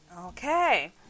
okay